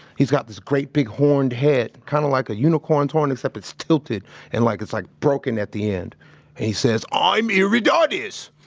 he's got this great big horned head, kind of like a unicorn's horn, except it's tilted and like, it's like broken at the end. and he says, i'm eruditus!